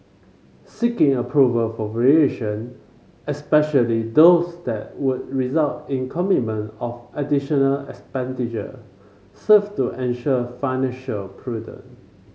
seeking approval for variation especially those that would result in commitment of additional expenditure serve to ensure financial prudent